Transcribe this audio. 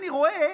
אני רואה,